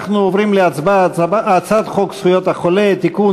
אנחנו עוברים להצבעה על הצעת חוק זכויות החולה (תיקון,